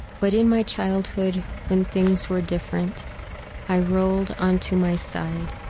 but in my childhood when things were different i rolled onto my side,